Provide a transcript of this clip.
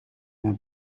naar